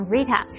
Rita，